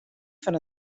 fan